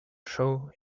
show